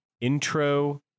intro